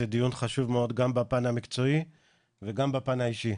זה דיון חשוב מאוד גם בפן המקצועי וגם בפן האישי.